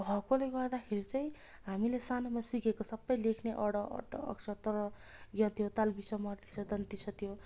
भएकोले गर्दाखेरि चाहिँ हामीले सानोमा सिकेको सबै लेख्ने ड ढ क्ष त्र य थियो तालव्य श मूर्धा ष दन्ती स त्यो